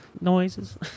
noises